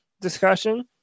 discussion